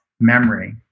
memory